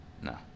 No